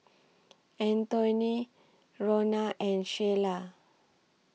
Antoine Ronna and Sheyla